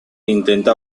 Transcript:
intenta